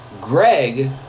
Greg